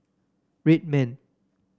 Red Man